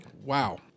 Wow